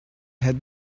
had